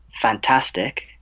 fantastic